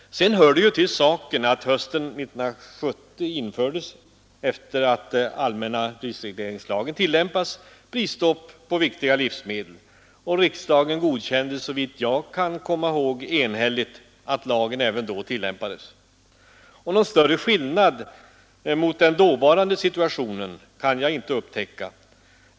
Sedan hör det till saken att hösten 1970 infördes efter det att allmänna prisregleringslagen börjat tillämpas prisstopp på viktiga livsmedel. Riksdagen godkände — såvitt jag kan komma ihåg enhälligt — att lagen även då tillämpades. Någon större skillnad mellan den nuvarande och dåvarande situationen kan jag inte upptäckta.